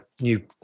new